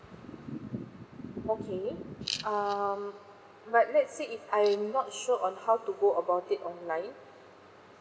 okay um right let's say if I'm not sure on how to go about it online